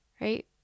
right